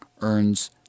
earns